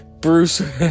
Bruce